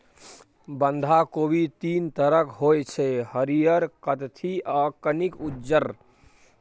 बंधा कोबी तीन तरहक होइ छै हरियर, कत्थी आ कनिक उज्जर